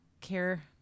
care